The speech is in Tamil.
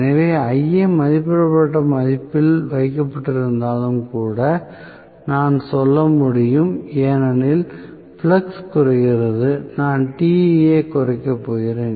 எனவே Ia மதிப்பிடப்பட்ட மதிப்பில் வைக்கப்பட்டிருந்தாலும் கூட நான் சொல்ல முடியும் ஏனெனில் ஃப்ளக்ஸ் குறைகிறது நான் Te ஐ குறைக்கப் போகிறேன்